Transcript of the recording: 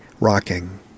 rocking